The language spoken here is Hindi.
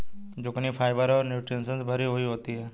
जुकिनी फाइबर और न्यूट्रिशंस से भरी हुई होती है